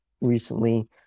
recently